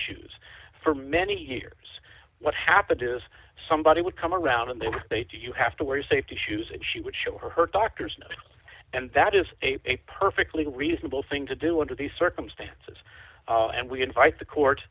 shoes for many here is what happened is somebody would come around and then they do you have to wear safety shoes and she would show her doctors and that is a perfectly reasonable thing to do under these circumstance and we invite the court